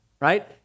right